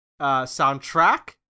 Soundtrack